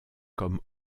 comme